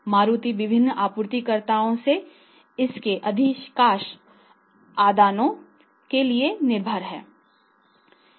मारुति विभिन्न आपूर्तिकर्ताओं से इसके अधिकांश आदानों के लिए निर्भर है